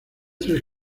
tres